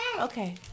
Okay